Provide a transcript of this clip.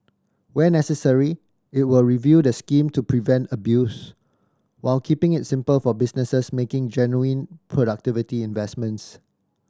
where necessary it will review the scheme to prevent abuse while keeping it simple for businesses making genuine productivity investments